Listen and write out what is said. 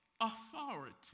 authority